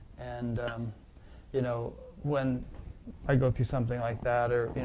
and you know when i go through something like that or and